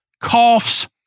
coughs